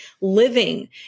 living